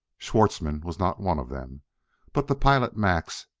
schwartzmann was not one of them but the pilot, max,